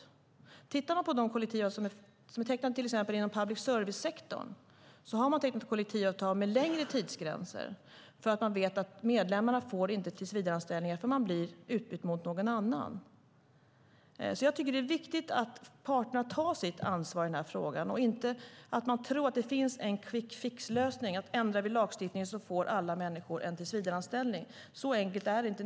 Om vi tittar på de kollektivavtal som är tecknade inom till exempel public service-sektorn ser vi att man tecknat kollektivavtal med längre tidsgränser just för att man vet att medlemmarna inte får tillsvidareanställningar utan blir utbytta mot andra. Det är därför viktigt att parterna tar sitt ansvar i den här frågan. Man ska inte tro att det finns en quick fix-lösning, att om vi ändrar lagstiftningen så får alla människor en tillsvidareanställning. Så enkelt är det inte.